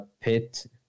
pit